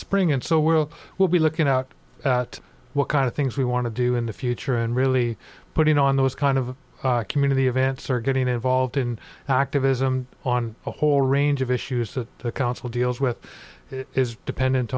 spring and so world will be looking out at what kind of things we want to do in the future and really putting on those kind of community events or getting involved in activity on a whole range of issues that the council deals with is dependent